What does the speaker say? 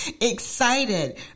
excited